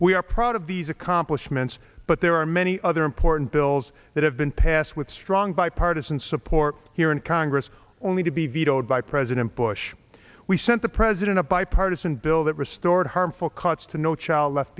we are proud of these accomplishments but there are many other important bills that have been passed with strong bipartisan support here in congress only to be vetoed by president bush we sent the president a bipartisan bill that restored harmful cuts to no child left